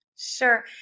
Sure